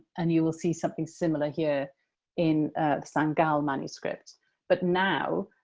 and you will see something similar here in a st. gall manuscript but, now,